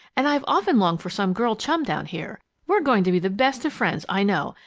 and i've often longed for some girl chum down here. we're going to be the best of friends, i know,